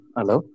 hello